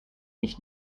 nicht